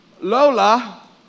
Lola